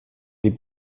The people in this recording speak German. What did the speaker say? die